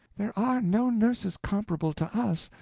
there are no nurses comparable to us,